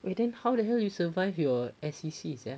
!wah! then how the hell you survive your S_C_C sia